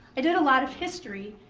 i did a lot of history